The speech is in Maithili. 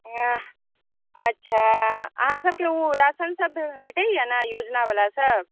अच्छा अहाँ सभकेँ ओ राशन सभ भेटैया ने ओ योजना वाला सभ